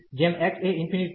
જેમ x એ